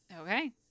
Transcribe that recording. okay